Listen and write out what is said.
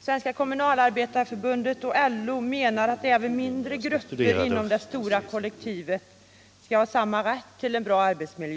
Svenska kommunalarbetareförbundet och LO menar att också mindre grupper inom det stora kollektivet skall ha samma rätt som andra till en bra arbetsmiljö.